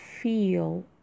feel